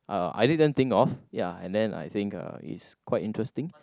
uh I didn't think of ya and then I think uh is quite interesting